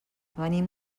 venim